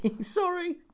sorry